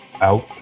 out